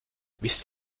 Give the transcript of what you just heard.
wisst